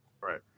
right